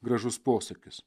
gražus posakis